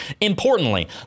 importantly